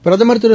பிரதமர் திரு